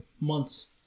months